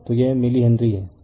तो यह millihenry हैं